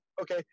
okay